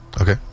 Okay